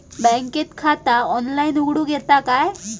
बँकेत खाता ऑनलाइन उघडूक येता काय?